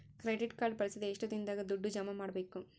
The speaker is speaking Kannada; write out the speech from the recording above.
ಕ್ರೆಡಿಟ್ ಕಾರ್ಡ್ ಬಳಸಿದ ಎಷ್ಟು ದಿನದಾಗ ದುಡ್ಡು ಜಮಾ ಮಾಡ್ಬೇಕು?